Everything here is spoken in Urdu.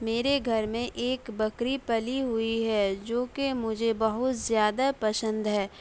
میرے گھر میں ایک بکری پلی ہوئی ہے جوکہ مجھے بہت زیادہ پسند ہے